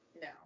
No